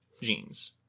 genes